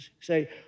say